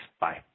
bye